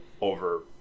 over